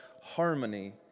harmony